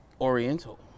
oriental